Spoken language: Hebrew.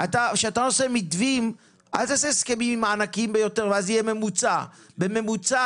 כשאתה עושה מתווים עם הענקים זה משפר את הממוצע,